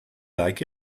like